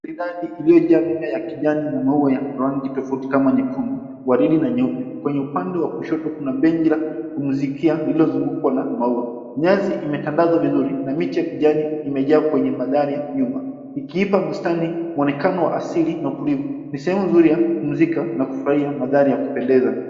Bustani iliyojaa mimea ya kijani na maua ya rangi tofauti kama nyekundu, waridi na nyeupe, kwenye upande wa kushoto, kuna bech la kupumzikia lililozungukwa na maua. Nyasi imetandazwa vizuri na miti ya kijani imejaa kwenye mandhari ya nyuma, ikiipa bustani muonekano asili na kivuli, ni sehemu nzuri ya kupumzika na kufurahia mandahari ya kupendeza.